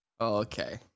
Okay